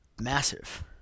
massive